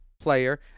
player